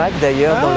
d'ailleurs